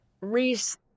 Reese